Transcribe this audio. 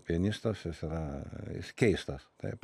pianistas jis yra keistas taip